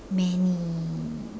many